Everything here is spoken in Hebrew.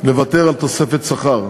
לוותר על תוספת שכר.